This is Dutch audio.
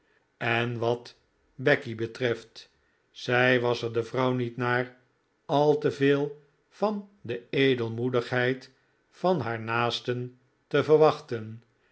en wat becky betreft zij was er de vrouw niet naar al te veel van de edelmoedigheid van haar naasten te verwachten